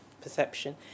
perception